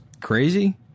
crazy